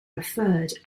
referred